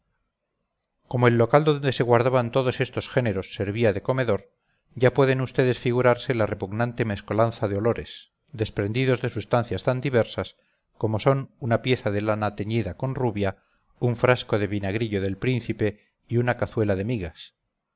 como el local donde se guardaban todos estos géneros servía de comedor ya pueden vds figurarse la repugnante mezcolanza de olores desprendidos de sustancias tan diversas como son una pieza de lana teñida con rubia un frasco de vinagrillo del príncipe y una cazuela de migas